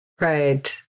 Right